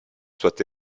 soit